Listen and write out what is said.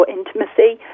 intimacy